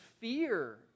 fear